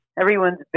everyone's